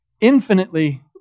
infinitely